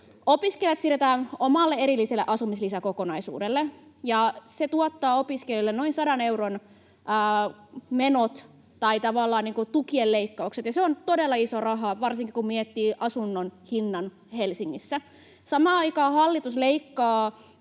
Opiskelijat siirretään omalle erilliselle asumislisäkokonaisuudelle, ja se tuottaa opiskelijalle noin 100 euron menot, tai tavallaan tukien leikkaukset. Se on todella iso raha, varsinkin kun miettii asunnon hintaa Helsingissä. Samaan aikaan hallitus leikkaa